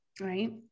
Right